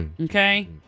Okay